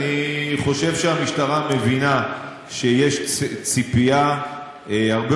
אני חושב שהמשטרה מבינה שיש ציפייה הרבה